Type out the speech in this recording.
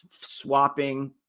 swapping